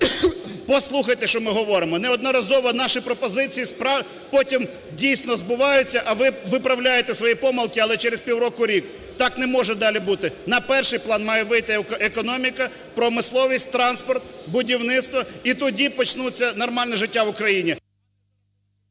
Послухайте, що ми говоримо. Неодноразово наші пропозиції потім дійсно збуваються, а ви виправляєте свої помилки, але через півроку, рік. Так не може далі бути. На перший план має вийти економіка, промисловість, транспорт, будівництво, і тоді почнеться нормальне життя в Україні.